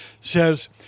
says